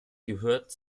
gehört